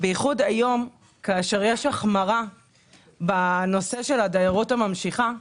בייחוד היום כאשר יש החמרה בנושא של הדיירות הממשיכה.